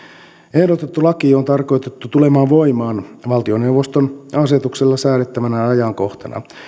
ehdotettu laki on tarkoitettu tulemaan voimaan valtioneuvoston asetuksella säädettävänä ajankohtana